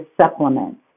supplements